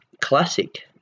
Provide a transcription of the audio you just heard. Classic